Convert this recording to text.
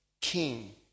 king